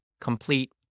complete